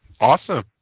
Awesome